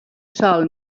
sol